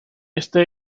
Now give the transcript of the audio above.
este